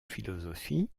philosophie